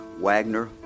Wagner